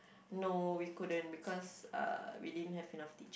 no we couldn't because uh we didn't have enough teach~